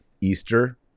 Easter